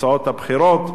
הוצאות הבחירות,